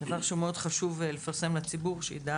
דבר שמאוד חשוב לפרסם לציבור כדי שידע